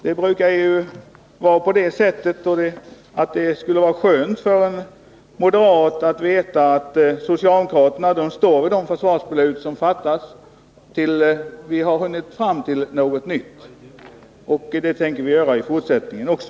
Det borde vara skönt för en moderat att veta att socialdemokraterna står vid det försvarsbeslut som fattas, till dess vi hunnit fram till något nytt — och det tänker vi göra i fortsättningen också.